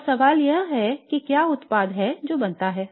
और सवाल यह है कि क्या उत्पाद है जो बनता है